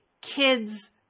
kids